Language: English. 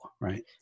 right